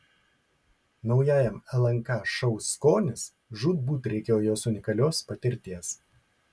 naujajam lnk šou skonis žūtbūt reikėjo jos unikalios patirties